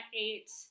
eight